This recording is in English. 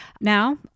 Now